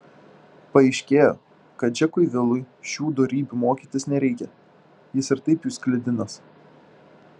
paaiškėjo kad džekui vilui šių dorybių mokytis nereikia jis ir taip jų sklidinas